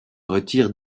retire